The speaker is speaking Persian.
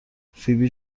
فیبی